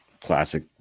classic